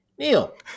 Neil